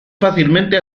fácilmente